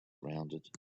rounded